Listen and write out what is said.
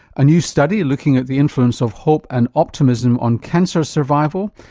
a new study looking at the influence of hope and optimism on cancer survival,